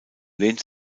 lehnt